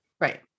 right